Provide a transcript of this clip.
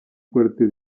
fuerte